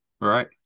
Right